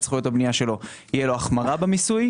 זכויות הבנייה שלו תהיה לו החמרה במיסוי.